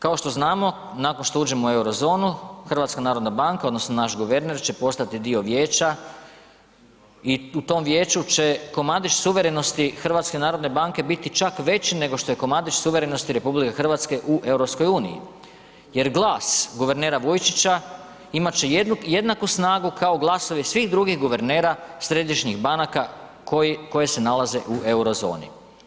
Kao što znamo nakon što uđemo u euro zonu HNB odnosno naš guverner će postati dio vijeća i u tom vijeću će komadić suverenosti HNB-a biti čak veći nego što je komadić suverenosti RH u EU jer glas guvernera Vujčića imat će jednaku snagu kao glasovi svih drugih guvernera središnjih banaka koje se nalaze u euro zoni.